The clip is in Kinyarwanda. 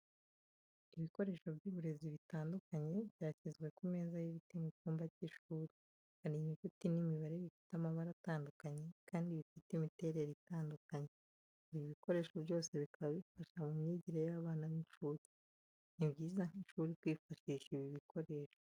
Ibikoresho by'uburezi bitandukanye byashyizwe ku meza y'ibiti mu cyumba cy'ishuri. Hari inyuguti n'imibare bifite amabara atandukanye kandi bifite imiterere itandukanye, ibi bikoresho byose bikaba bifasha mu myigire y'abana b'incuke. Ni byiza nk'ishuri kwifashisha ibi bikoresho.